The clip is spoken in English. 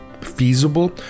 feasible